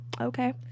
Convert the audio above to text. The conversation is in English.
okay